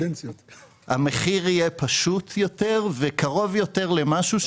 שהמחיר יהיה פשוט יותר וקרוב יותר למשהו,